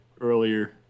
earlier